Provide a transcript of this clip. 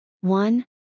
One